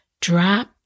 Drop